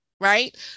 right